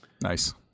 nice